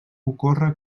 ocorre